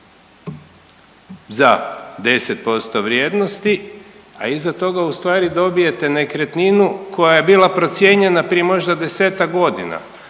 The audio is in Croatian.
za 10% vrijednosti, a iza toga ustvari dobijete nekretninu koja je bila procijenjena prije možda 10-tak godina.